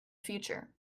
future